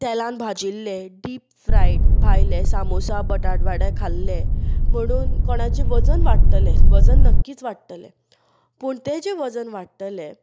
तेलान भाजिल्लें deep fried भायले सामोसा बटाटवडे खाल्ले म्हणून कोणाचें वजन वाडटलें वजन नक्कींच वाडटलें पूण तें जें वजन वाडटलें